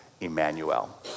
Emmanuel